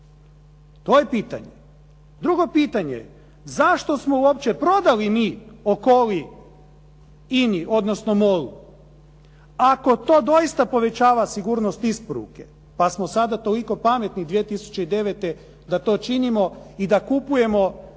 To je pitanje. Drugo pitanje, zašto smo uopće prodali mi Okoli INA-i, odnosno MOL-u? Ako to doista povećava sigurnost isporuke pa smo sada toliko pametni 2009. da to činimo i da kupujemo Okolije